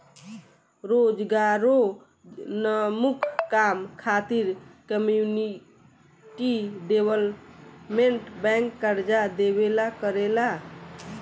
रोजगारोन्मुख काम खातिर कम्युनिटी डेवलपमेंट बैंक कर्जा देवेला करेला